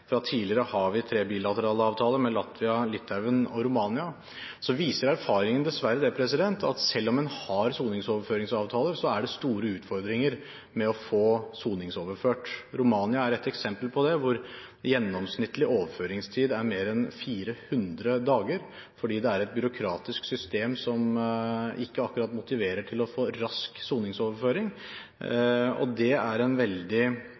Fra tidligere har vi tre bilaterale avtaler med Latvia, Litauen og Romania. Dessverre viser erfaringene at selv om en har soningsoverføringsavtaler, er det store utfordringer med å få soningsoverført. Romania er et eksempel på det, hvor gjennomsnittlig overføringstid er mer enn 400 dager, fordi det er et byråkratisk system som ikke akkurat motiverer til å få rask soningsoverføring. Det er en veldig